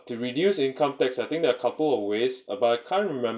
to reduce income tax I think there are couple of ways but I can't remember